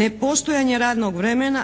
nepostojanje radnog vremena,